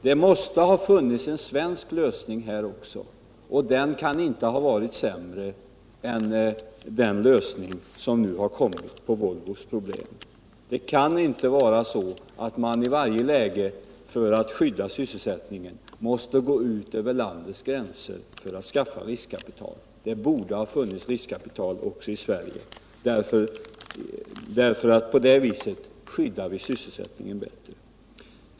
Det måste också ha funnits någon svensk lösning på Volvos problem, och den kan inte ha varit sämre än den lösning som nu har kommit. Det kan inte vara så, att man i varje läge när man vill skydda sysselsättningen måste gå ut över landets gränser för att skaffa riskkapital. Det borde ha funnits riskkapital också i Sverige, eftersom vi på det sättet skyddar sysselsättningen bättre.